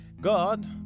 God